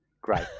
Great